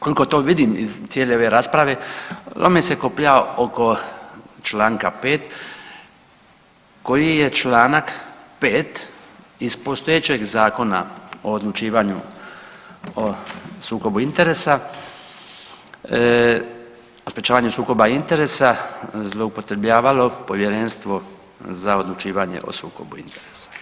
Koliko to vidim iz cijele ove rasprave, lome se koplja oko čl. 5 koji je čl. 5 iz postojećeg Zakona o odlučivanju o sukobu interesa, sprječavanju sukoba interesa zloupotrebljavalo Povjerenstva za odlučivanje o sukobu interesa.